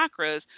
chakras